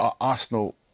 Arsenal